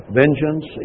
vengeance